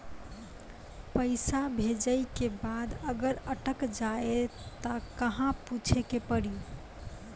पैसा भेजै के बाद अगर अटक जाए ता कहां पूछे के पड़ी?